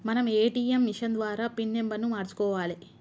మనం ATM machine ద్వారా పిన్ నెంబర్ను మార్చుకోవాలే